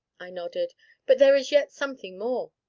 i nodded but there is yet something more.